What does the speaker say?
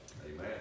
Amen